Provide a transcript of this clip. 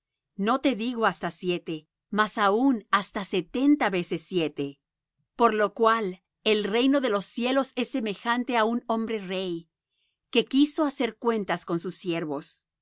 no te digo hasta siete mas aun hasta setenta veces siete por lo cual el reino de los cielos es semejante á un hombre rey que quiso hacer cuentas con sus siervos